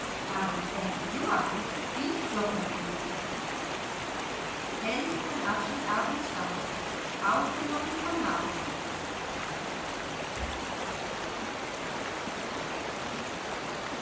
aber mit onkel joachim bin ich doch noch böse